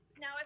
Now